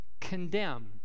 condemn